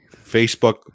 Facebook